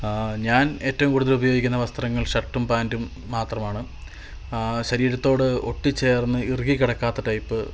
ഞാൻ ഏറ്റവും കൂടുതൽ ഉപയോഗിക്കുന്ന വസ്ത്രങ്ങൾ ഷർട്ടും പാൻറ്റും മാത്രമാണ് ശരീരത്തോട് ഒട്ടിച്ചേർന്ന് ഇറുകി കിടക്കാത്ത ടൈപ്പ്